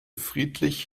friedlich